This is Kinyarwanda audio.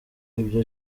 ibya